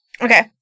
Okay